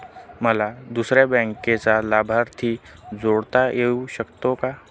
मला दुसऱ्या बँकेचा लाभार्थी जोडता येऊ शकतो का?